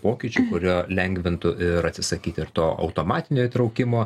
pokyčių kurio lengvintų ir atsisakyti ir to automatinio įtraukimo